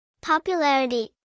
Popularity